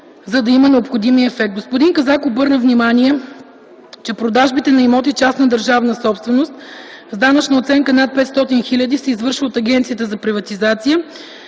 за да има необходимия ефект. Господин Казак обърна внимание, че продажбите на имоти – частна държавна собственост, с данъчна оценка над 500 000 лв. се извършва от Агенцията за приватизация